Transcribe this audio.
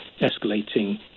escalating